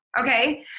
okay